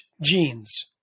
genes